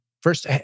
first